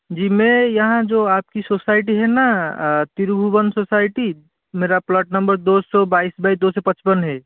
जी मै यहाँ जो आपकी सोसाइटी है ना त्रिभुवन सोसाइटी मेरा प्लॉट नम्बर दो सौ बाईस बाई दो सौ पचपन है